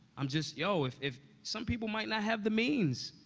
i'm just yo, if if some people might not have the means.